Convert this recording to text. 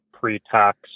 pre-tax